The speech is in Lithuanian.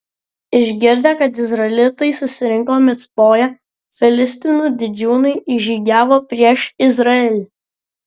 išgirdę kad izraelitai susirinko micpoje filistinų didžiūnai išžygiavo prieš izraelį